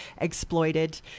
exploited